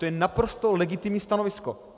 To je naprosto legitimní stanovisko.